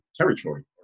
territory